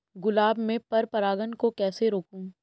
गुलाब में पर परागन को कैसे रोकुं?